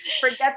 forget